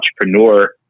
entrepreneur